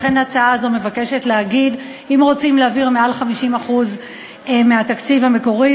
לכן ההצעה הזו מבקשת להגיד: אם רוצים להעביר מעל 50% מהתקציב המקורי,